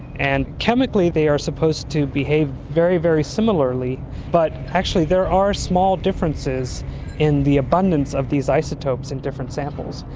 and chemically they are supposed to behave very, very similarly but actually there are small differences in the abundance of these isotopes in different samples.